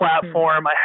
platform